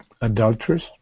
adulterers